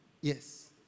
Yes